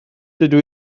dydw